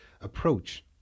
approach